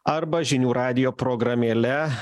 arba žinių radijo programėle